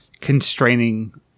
constraining